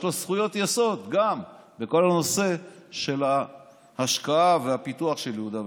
יש לו זכויות יסוד גם בכל הנושא של ההשקעה והפיתוח של יהודה ושומרון.